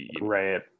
Right